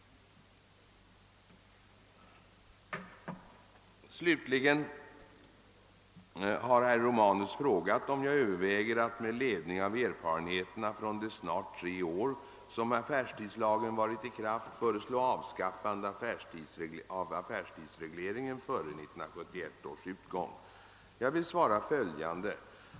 Slutligen har herr Romanus frågat, om jag överväger att med ledning av erfarenheterna från de snart tre år som affärstidslagen varit i kraft, föreslå avskaffande av affärstidsregleringen före 1971 års utgång. Jag vill svara följande.